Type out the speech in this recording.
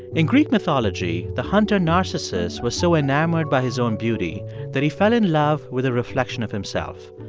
in greek mythology, the hunter, narcissus, was so enamored by his own beauty that he fell in love with a reflection of himself.